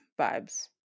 vibes